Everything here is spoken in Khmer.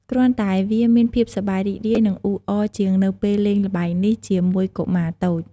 គ្រាន់តែ វាមានភាពសប្បាយរីករាយ និង អ៊ូអរជាងនៅពេលលេងល្បែងនេះជាមួយកុមារតូច។